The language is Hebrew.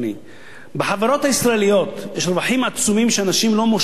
בחברות הישראליות יש רווחים עצומים שאנשים לא מושכים בגלל